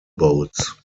boats